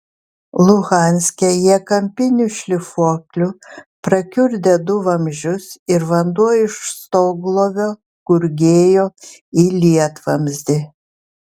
luhanske jie kampiniu šlifuokliu prakiurdė du vamzdžius ir vanduo iš stoglovio gurgėjo į lietvamzdį